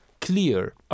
clear